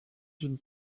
d’une